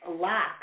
lack